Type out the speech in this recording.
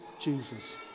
Jesus